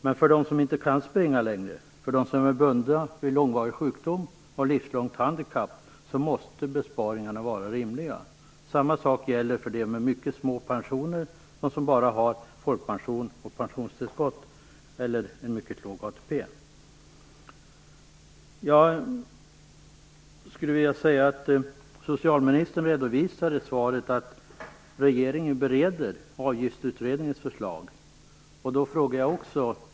Men för dem som inte kan springa längre, för dem som är bundna av en långvarig sjukdom eller har ett livslångt handikapp måste besparingarna vara rimliga. Samma sak gäller för dem med mycket små pensioner, de som bara har folkpension och pensionstillskott eller en mycket låg ATP. Socialministern redovisar i svaret att regeringen bereder Avgiftsutredningens förslag.